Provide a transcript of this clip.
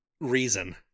reason